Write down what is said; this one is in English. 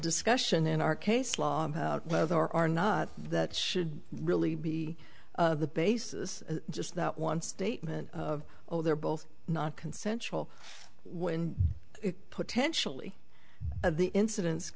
discussion in our case law whether or not that should really be the basis just that one statement oh they're both not consensual when potentially the incidents